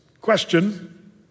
Question